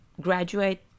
graduate